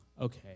Okay